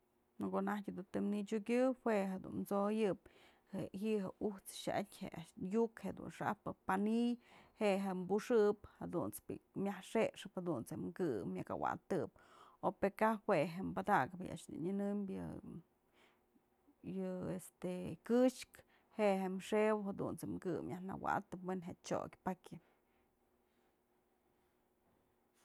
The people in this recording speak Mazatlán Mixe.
Në ko'o najtyë dun të nët'syukyë jue jedun t'soyëp ji'i je'e ujt's xa'atyë je a'ax, yuk jedun xa'ajpë pani'iy je'e je puxëp jadunt's bi'i myaj xëxëp, jadunt's jem kë myak awatëp o pë kaj jue je padakëp je'e a'ax dun nyënëmbyë, yë este këxkë, je'e jem xëwëp jadunt's je'e kë myaj nëwa'atëp we'en je'e tsyok pakyë.